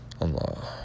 Allah